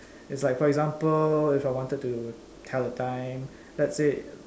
it's like for example if I wanted to tell the time let's say